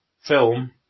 film